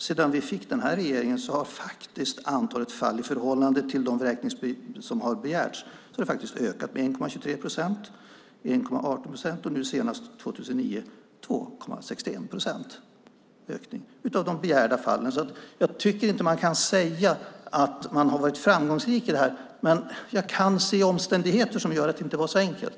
Sedan vi fick denna regering har antalet fall i förhållande till de vräkningar som begärts ökat med 1,23 procent, 1,18 procent och nu senast 2009 med 2,61 procent. Jag tycker därför inte att man kan säga att man har varit framgångsrik i detta, men jag kan se omständigheter som gör att det inte var så enkelt.